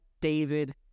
David